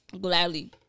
Gladly